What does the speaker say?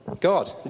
God